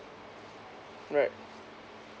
right